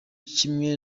kimwe